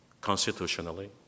constitutionally